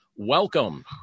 welcome